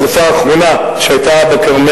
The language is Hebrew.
אנחנו יודעים שגם בשרפה האחרונה שהיתה בכרמל,